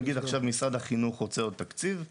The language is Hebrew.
נגיד עכשיו משרד החינוך רוצה עוד תקציב?